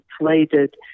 inflated